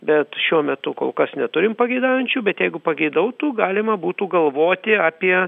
bet šiuo metu kol kas neturim pageidaujančių bet jeigu pageidautų galima būtų galvoti apie